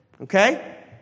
Okay